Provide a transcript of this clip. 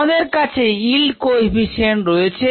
আমাদের কাছে yield coefficient রয়েছে